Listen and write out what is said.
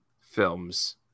films